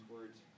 words